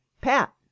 pat